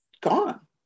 gone